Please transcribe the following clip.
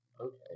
okay